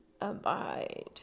abide